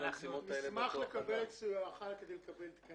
נשמח לקבל את סיועך כדי לקבל תקנים.